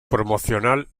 promocional